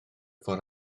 fod